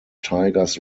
tigers